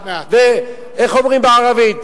ואיך אומרים בערבית?